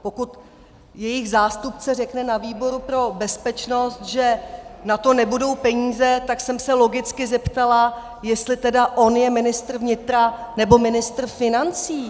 Pokud jejich zástupce řekne na výboru pro bezpečnost, že na to nebudou peníze, tak jsem se logicky zeptala, jestli tedy on je ministr vnitra, nebo ministr financí.